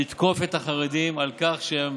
לתקוף את החרדים על כך שהם,